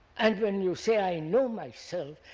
and when you say, i know myself,